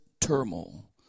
turmoil